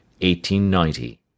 1890